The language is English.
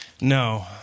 No